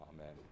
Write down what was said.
Amen